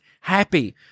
happy